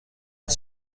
are